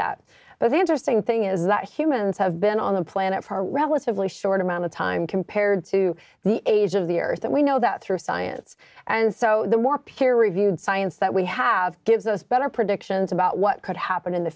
that but the interesting thing is that humans have been on the planet for relatively short amount of time time compared to the age of the earth and we know that through science and so the more peer reviewed science that we have gives us better predictions about what could happen in the